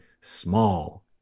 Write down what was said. small